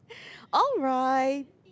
alright